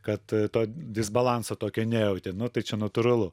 kad to disbalanso tokio nejauti nu tai čia natūralu